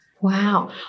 Wow